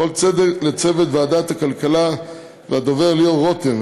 לכל צוות ועדת הכלכלה ולדובר ליאור רותם.